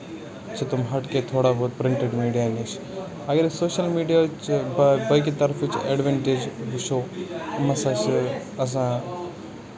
چھِ تِم ہَٹکے تھوڑا بہت پرنٹِڈ میٖڈیا نِش اَگر أسۍ سوشَل میٖڈیاہٕچ باقٕے طرفٕچ ایڈوینٹیج ہٮ۪چھو یِم ہسا چھِ آسان